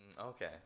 Okay